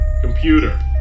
Computer